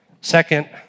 Second